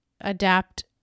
adapt